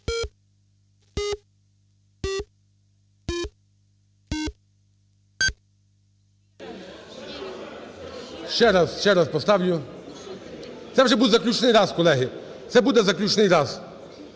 Ще раз, ще раз поставлю. Це вже буде заключний раз, колеги, це буде заключний раз.